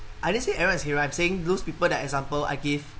I didn't say everyone's hero I'm saying those people that example I give